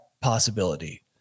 possibility